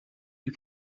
you